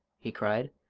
he cried.